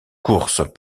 courses